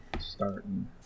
starting